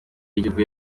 y’igihugu